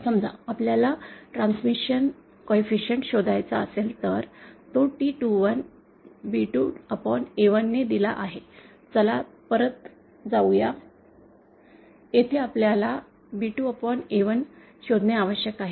समजा आपल्याला transmission coefficient शोधायचा असेल तर तो T21 B2A1 ने दिला आहे चला परत जाऊया येथे आपल्याला B2A1 शोधणे आवश्यक आहे